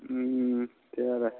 त्यही भएर